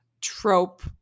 trope